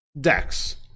Dex